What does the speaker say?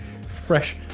fresh